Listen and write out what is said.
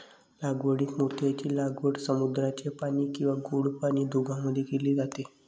लागवडीत मोत्यांची लागवड समुद्राचे पाणी किंवा गोड पाणी दोघांमध्ये केली जाते